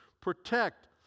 protect